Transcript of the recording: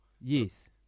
Yes